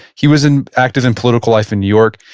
he was in active in political life in new york.